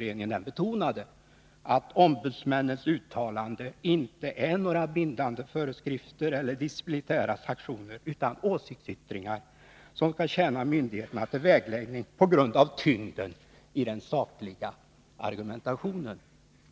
Den betonade att ombudsmännens uttalanden inte är några bindande föreskrifter eller Nr 23 disciplinära sanktioner utan åsiktsyttringar, som skall tjäna myndigheterna Onsdagen den till vägledning på grund av tyngden i den sakliga argumentationen.